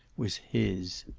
was his.